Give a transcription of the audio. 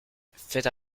faites